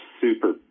super